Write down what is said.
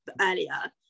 earlier